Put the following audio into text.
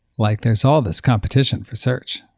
like there's all this competition for search,